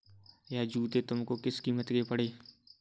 यह जूते तुमको किस कीमत के पड़े?